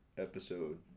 episode